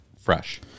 fresh